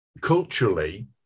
Culturally